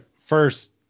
First